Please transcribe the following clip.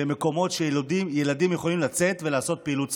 במקומות שילדים יכולים לצאת ולעשות פעילות ספורט.